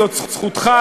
זאת זכותך,